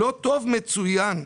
לא טוב, מצוין.